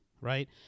right